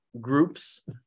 groups